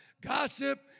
gossip